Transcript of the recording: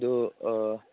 ꯑꯗꯨ